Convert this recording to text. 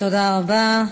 תודה רבה.